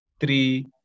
three